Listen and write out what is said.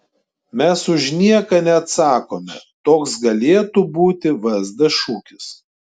mes už nieką neatsakome toks galėtų būti vsd šūkis